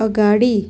अगाडि